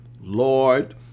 Lord